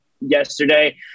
yesterday